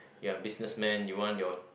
ya businessman you want your